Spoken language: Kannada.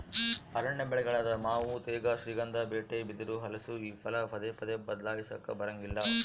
ಅರಣ್ಯ ಬೆಳೆಗಳಾದ ಮಾವು ತೇಗ, ಶ್ರೀಗಂಧ, ಬೀಟೆ, ಬಿದಿರು, ಹಲಸು ಈ ಫಲ ಪದೇ ಪದೇ ಬದ್ಲಾಯಿಸಾಕಾ ಬರಂಗಿಲ್ಲ